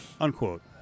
unquote